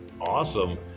Awesome